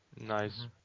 Nice